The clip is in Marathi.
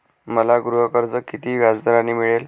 मला गृहकर्ज किती व्याजदराने मिळेल?